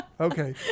Okay